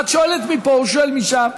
את שואלת מפה, הוא שואל משם,